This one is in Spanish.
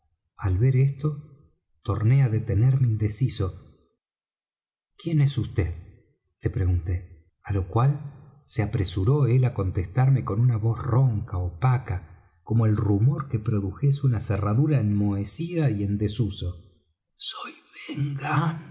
al ver esto torné á detenerme indeciso quién es vd le pregunté á lo cual se apresuró él á contestarme con una voz ronca opaca como el rumor que produjese una cerradura enmohecida y en desuso soy ben